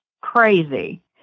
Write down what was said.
crazy